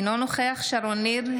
אינו נוכח שרון ניר,